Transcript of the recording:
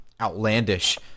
outlandish